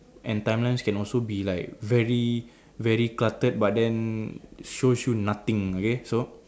and timelines can also be like very very cluttered but then shows you nothing okay so